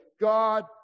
God